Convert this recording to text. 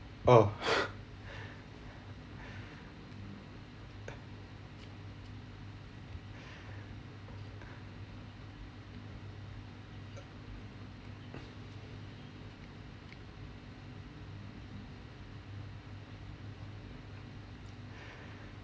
oh